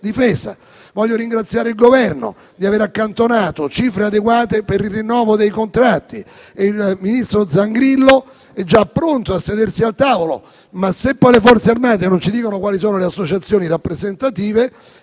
difesa. Voglio ringraziare il Governo di avere accantonato cifre adeguate per il rinnovo dei contratti, e il ministro Zangrillo è già pronto a sedersi al tavolo. Ma, se poi le Forze armate non ci dicono quali sono le associazioni rappresentative,